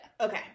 Okay